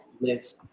live